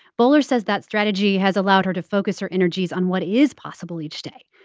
bowler says that strategy has allowed her to focus her energies on what is possible each day.